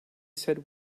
said